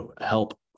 help